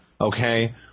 okay